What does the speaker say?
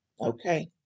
Okay